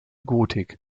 gotik